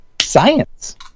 science